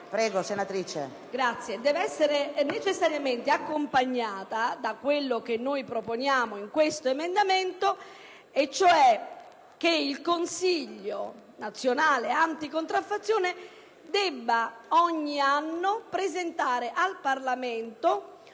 deve essere necessariamente accompagnata da quello che noi proponiamo in questo emendamento, e cioè che il Consiglio nazionale anticontraffazione debba ogni anno presentare al Parlamento